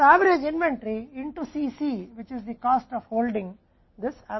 तो Cc में औसत इन्वेंट्री जो कि धारण की लागत है यह औसत है